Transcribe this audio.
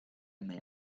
may